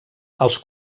els